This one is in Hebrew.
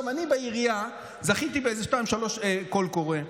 אני בעירייה זכיתי באיזה שניים-שלושה קולות קוראים.